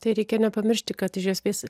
tai reikia nepamiršti kad iš esmės